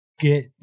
get